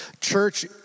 Church